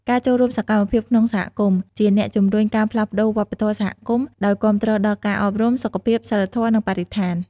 ការចូលរួមសកម្មក្នុងសហគមន៍ ជាអ្នកជំរុញការផ្លាស់ប្តូរវប្បធម៌សហគមន៍ ដោយគាំទ្រដល់ការអប់រំ សុខភាព សីលធម៌ និងបរិស្ថាន។